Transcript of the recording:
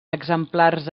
exemplars